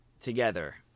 together